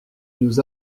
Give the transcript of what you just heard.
nous